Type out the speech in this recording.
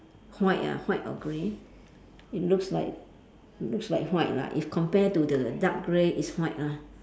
white ah white or grey it looks like looks like white lah if compare to the dark grey it's white ah